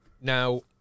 Now